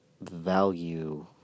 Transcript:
value